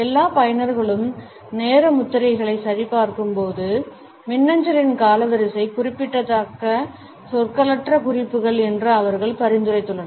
எல்லா பயனர்களும் நேர முத்திரைகளை சரிபார்க்கும்போது மின்னஞ்சலின் காலவரிசை குறிப்பிடத்தக்க சொற்களற்ற குறிப்புகள் என்று அவர்கள் பரிந்துரைத்துள்ளனர்